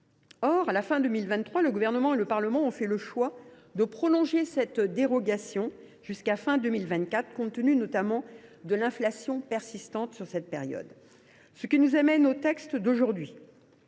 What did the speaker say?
À cette date, le Gouvernement et le Parlement ont fait le choix de prolonger cette dérogation jusqu’à la fin de 2024, compte tenu notamment de l’inflation persistante durant cette période. Cela nous amène au texte que nous